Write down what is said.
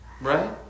Right